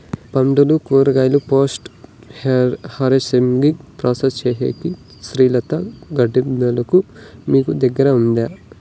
పండ్లు కూరగాయలు post harvesting process సేసేకి శీతల గిడ్డంగులు మీకు దగ్గర్లో ఉందా?